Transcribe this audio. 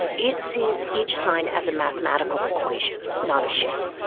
it sees each sign as a mathematical equation not a shape.